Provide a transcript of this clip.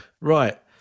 Right